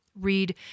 read